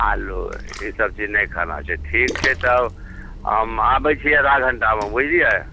आलू ई सब चीज नहि खाना छै ठीक छै तब हम आबै छी आधा घण्टामे बुझलियै